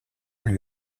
lui